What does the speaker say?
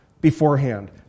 beforehand